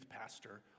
pastor